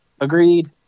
agreed